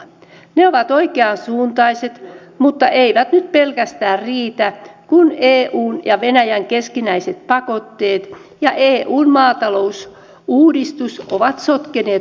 ne ovat oikean suuntaiset mutta eivät nyt pelkästään riitä kun eun ja venäjän keskinäiset pakotteet ja eun maatalousuudistus ovat sotkeneet markkinoita